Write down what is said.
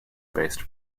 based